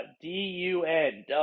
D-U-N